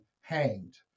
hanged